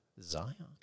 Zion